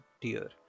tier